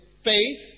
faith